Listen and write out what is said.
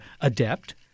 adept